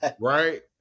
Right